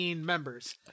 members